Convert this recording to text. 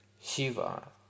Shiva